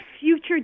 future